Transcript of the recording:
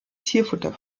tierfutter